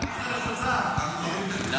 גם אנחנו.